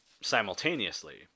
simultaneously